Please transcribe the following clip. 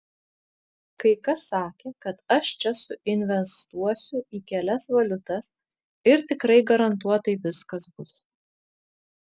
kai kas sakė kad aš čia suinvestuosiu į kelias valiutas ir tikrai garantuotai viskas bus